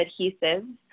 adhesives